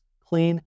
clean